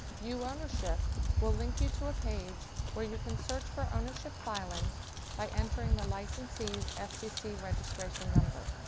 view ownership will link you to a page where you can search for ownership filings by entering the licensee's ah fcc registration number.